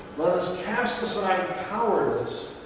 let us cast aside cowardice,